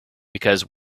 because